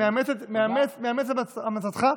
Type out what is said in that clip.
נאמץ את המלצתך,